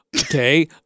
Okay